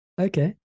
okay